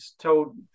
told